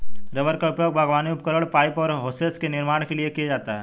rubber का उपयोग बागवानी उपकरण, पाइप और होसेस के निर्माण के लिए किया जाता है